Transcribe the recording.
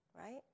right